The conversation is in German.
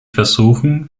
versuchen